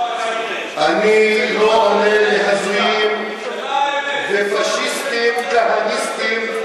אני לא עונה להזויים ולפאשיסטים כהניסטים.